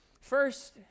First